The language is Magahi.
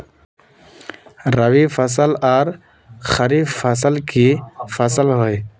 रवि फसल आर खरीफ फसल की फसल होय?